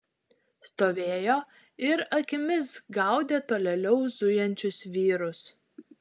stovėjo ir akimis gaudė tolėliau zujančius vyrus